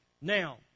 Now